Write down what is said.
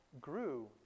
grew